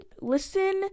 listen